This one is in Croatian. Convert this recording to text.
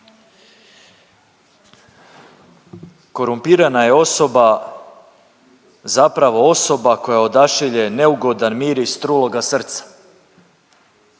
Korumpirana je osoba zapravo osoba koja odašilje neugodan miris truloga srca,